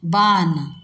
बाण